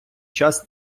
час